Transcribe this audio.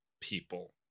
people